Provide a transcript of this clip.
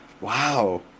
wow